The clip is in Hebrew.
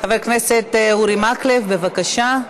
חבר הכנסת אורי מקלב, בבקשה.